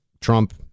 Trump